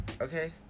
okay